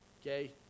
okay